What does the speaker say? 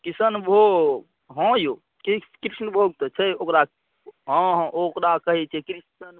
किशनभोग हँ औ कृष्णभोग तऽ छै ओकरा हँ हँ ओकरा कहे छै कृषणभोग कहे छै